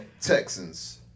Texans